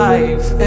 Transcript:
Life